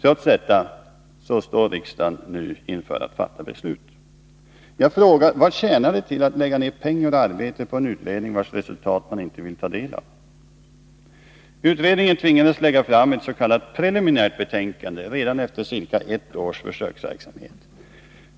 Trots detta står riksdagen nu inför ett beslut. Jag frågar: Vad tjänar det till att lägga ned pengar och arbete på en utredning, vars resultat man inte vill ta del av? Utredningen tvingades lägga fram ett s.k. preliminärt betänkande redan efter ca ett års försöksverksamhet.